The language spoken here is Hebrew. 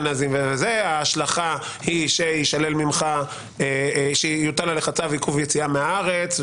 --- ההשלכה היא שיוטל עליך צו עיכוב יציאה מהארץ,